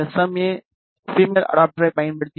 ஏ female அடாப்டரைப் பயன்படுத்தி இணைக்கவும்